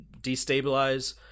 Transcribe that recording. destabilize